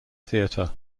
theatre